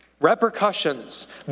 repercussions